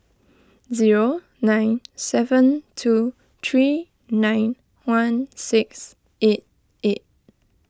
zero nine seven two three nine one six eight eight